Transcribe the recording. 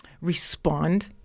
respond